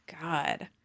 God